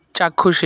ଚାକ୍ଷୁଷ